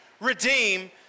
redeem